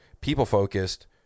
people-focused